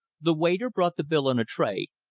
the waiter brought the bill on a tray,